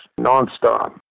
nonstop